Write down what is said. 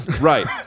Right